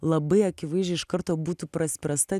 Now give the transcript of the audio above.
labai akivaizdžiai iš karto būtų pras prasta